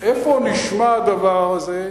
איפה נשמע הדבר הזה,